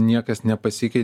niekas nepasikei